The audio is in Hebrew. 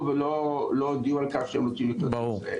ולא הודיעו על כך שהם רוצים לחיות בישראל.